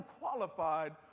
unqualified